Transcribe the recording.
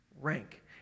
rank